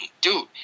Dude